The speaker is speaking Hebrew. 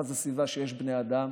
לא לחילונים ולא לערבים.